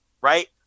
right